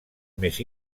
més